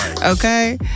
okay